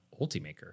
Ultimaker